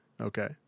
Okay